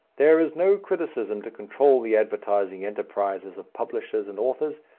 there is no criticism to control the advertising enterprises of publishers and authors,